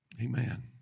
Amen